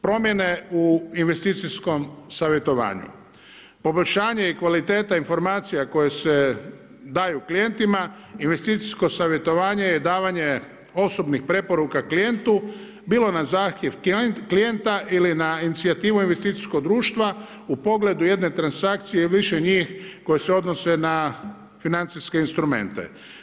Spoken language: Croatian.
Promjene u investicijskom savjetovanju, poboljšanje i kvaliteta informacija koje se daju klijentima, investicijsko savjetovanje je davanje osobnih preporuka klijentu, bilo na zahtjev klijenta ili na inicijativu investicijskog društva u pogledu jedne transakcije ili više njih koje se odnose na financijske instrumente.